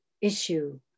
issue